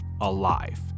alive